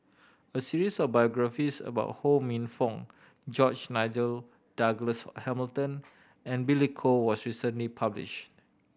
a series of biographies about Ho Minfong George Nigel Douglas Hamilton and Billy Koh was recently published